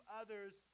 others